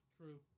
True